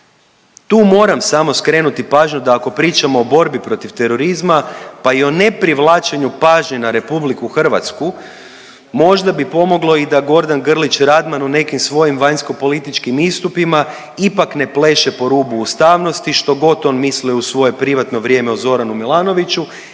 Tu moram samo skrenuti pažnju da ako pričamo o borbi protiv terorizma pa i o neprivlačenju pažnje na RH možda bi pomoglo i da Gordan Grlić Radman u nekim svojim vanjskopolitičkim istupima ipak ne pleše po rubu ustavnosti što god on mislio u svoje privatno vrijeme o Zoranu Milanoviću